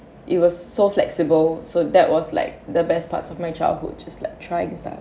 it was so flexible so that was like the best parts of my childhood just like trying to start